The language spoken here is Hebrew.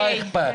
לך אכפת.